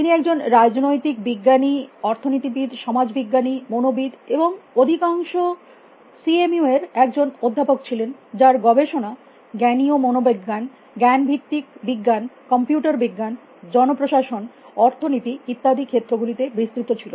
তিনি একজন রাজনৈতিক বিজ্ঞানী অর্থনীতিবিদ সমাজবিজ্ঞানী মনোবিদ এবং অধিকাংশে সি এম ইউ এর একজন অধ্যাপক ছিলেন যার গবেষণা জ্ঞানীয় মনোবিজ্ঞান জ্ঞানভিত্তিক বিজ্ঞান কম্পিউটার বিজ্ঞান জন প্রশাসন অর্থনীতি ইত্যাদি ক্ষেত্র গুলিতে বিস্তৃত ছিল